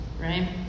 right